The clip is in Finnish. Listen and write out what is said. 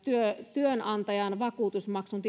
työnantajan vakuutusmaksun